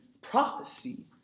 prophecy